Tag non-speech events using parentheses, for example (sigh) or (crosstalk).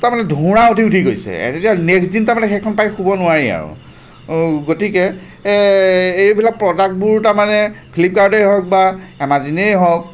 তাৰমানে (unintelligible) উঠি উঠি গৈছে তেতিয়া নেক্সট দিন তাৰমানে সেইখন পাৰি শুব নোৱাৰি আৰু গতিকে এইবিলাক প্ৰডাক্টবোৰ তাৰমানে ফ্লিপকাৰ্টেই হওক বা এমাজনেই হওক